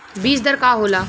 बीज दर का होला?